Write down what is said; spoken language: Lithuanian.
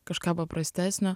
kažką paprastesnio